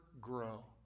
grow